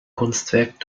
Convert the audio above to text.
kunstwerk